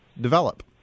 develop